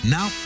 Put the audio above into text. Now